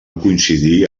coincidir